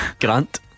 Grant